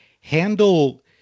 handle